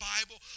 Bible